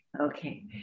Okay